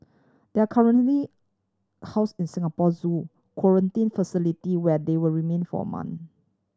they are currently house in Singapore Zoo quarantine facility where they will remain for a month